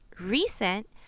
Recent